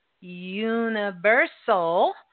Universal